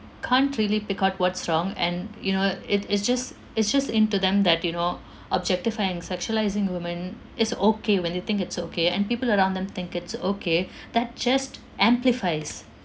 can't really pick out what's wrong and you know it it's just it's just into them that you know objectifying sexualising women is okay when they think it's okay and people around them think it's okay that just amplifies